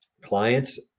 clients